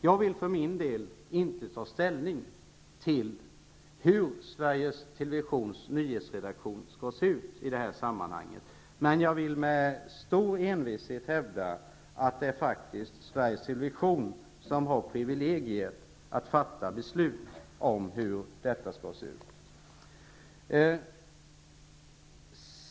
Jag vill för min del inte ta ställning till hur Sveriges Televisions nyhetsredaktion skall se ut i det här sammanhanget, men jag vill med stor envishet hävda att det faktiskt är Sveriges Television som har privilegiet att fatta beslut om hur detta skall se ut.